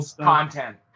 content